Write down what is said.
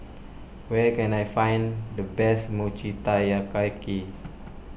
where can I find the best Mochi Taiyaki